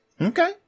okay